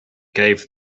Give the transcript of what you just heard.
gave